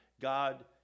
God